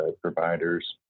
providers